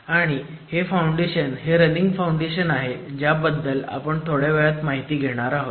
आणि हे फाउंडेशन हे रनिंग फाउंडेशन आहे ज्याबद्दल आपण थोड्या वेळात माहिती घेणार आहोत